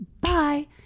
Bye